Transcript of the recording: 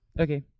Okay